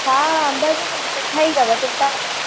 हा अंब त सभ मिठा ई अथव चिंता न कयो